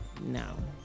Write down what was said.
no